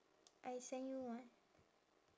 I send you one